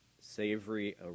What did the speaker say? savory